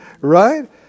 right